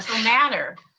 and matter.